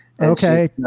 Okay